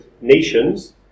nations